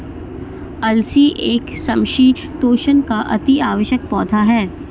अलसी एक समशीतोष्ण का अति आवश्यक पौधा है